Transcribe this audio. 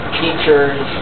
teachers